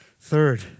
Third